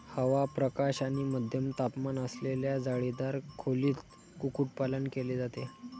हवा, प्रकाश आणि मध्यम तापमान असलेल्या जाळीदार खोलीत कुक्कुटपालन केले जाते